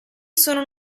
sono